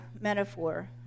metaphor